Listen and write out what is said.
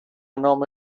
نام